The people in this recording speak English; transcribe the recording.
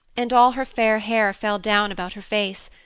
and all her fair hair fell down about her face,